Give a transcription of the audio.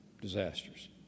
disasters